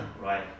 Right